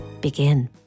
Begin